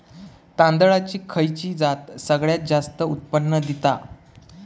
तांदळाची खयची जात सगळयात जास्त उत्पन्न दिता?